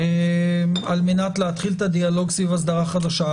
על מנת להתחיל את הדיאלוג סביב אסדרה חדשה.